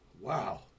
Wow